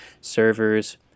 servers